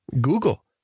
Google